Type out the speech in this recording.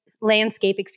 landscape